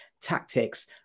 Tactics